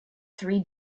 three